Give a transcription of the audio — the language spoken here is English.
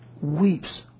weeps